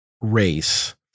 race